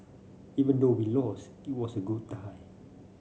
even though we lost it was a good tie